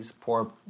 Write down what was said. poor